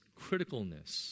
criticalness